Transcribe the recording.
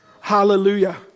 Hallelujah